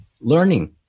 learning